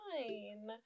fine